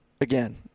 again